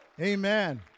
Amen